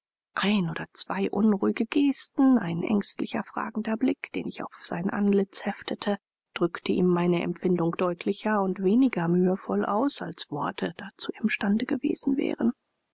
ein oder zwei unruhige gesten ein ängstlicher fragender blick den ich auf sein antlitz heftete drückte ihm meine empfindung deutlicher und weniger mühevoll aus als worte dazu imstande gewesen wären